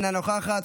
אינה נוכחת,